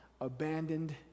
abandoned